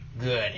Good